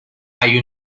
hay